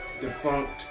defunct